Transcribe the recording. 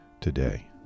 today